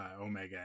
Omega